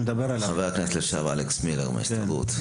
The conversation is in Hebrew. חבר הכנסת לשעבר אלכס מילר מההסתדרות.